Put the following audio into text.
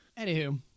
Anywho